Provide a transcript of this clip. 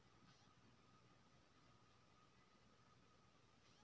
खाद सँ जमीन पर की असरि पड़य छै बुझल छौ